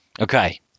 Okay